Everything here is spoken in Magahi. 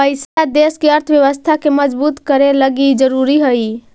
पैसा देश के अर्थव्यवस्था के मजबूत करे लगी ज़रूरी हई